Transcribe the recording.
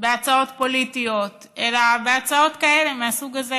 להצעות פוליטיות אלא להצעות כאלה מהסוג הזה